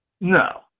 No